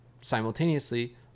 simultaneously